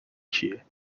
کیه